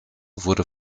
wurde